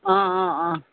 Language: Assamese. অঁ অঁ অঁ